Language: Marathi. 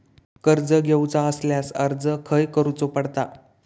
कर्ज घेऊचा असल्यास अर्ज खाय करूचो पडता?